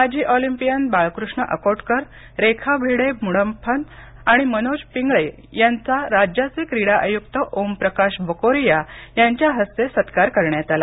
माजी ऑलिम्पियन बाळकृष्ण अकोटकर रेखा भिडे मुंडफन आणि मनोज पिंगळे यांचा राज्याचे क्रीडा आयुक्त ओम प्रकाश बकोरिया यांच्या हस्ते सत्कार करण्यात आला